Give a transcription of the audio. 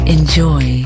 Enjoy